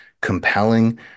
compelling